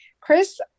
Chris